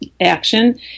action